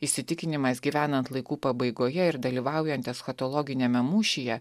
įsitikinimas gyvenant laikų pabaigoje ir dalyvaujant eschatologiniame mūšyje